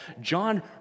John